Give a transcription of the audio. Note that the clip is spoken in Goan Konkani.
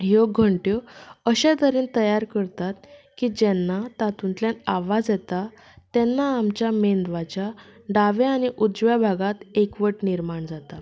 ह्यो घंट्यो अशे तरेन तयार करतात की जेन्ना तातूंतल्यान आवाज येता तेन्ना आमच्या मेंदवाच्या दाव्या आनी उजव्या भागांत एक वट निर्माण जाता